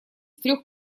трёх